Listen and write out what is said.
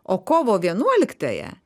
o kovo vienuoliktąją